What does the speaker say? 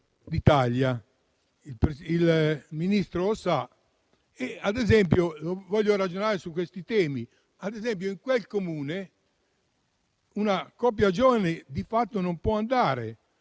Il Ministro lo sa. Voglio ragionare su questi temi: in quel Comune una coppia giovane di fatto non può andare